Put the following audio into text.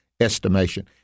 estimation